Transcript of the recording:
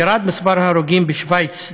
מספר ההרוגים בשווייץ,